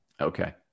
Okay